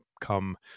come